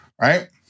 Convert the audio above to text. Right